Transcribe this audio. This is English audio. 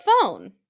phone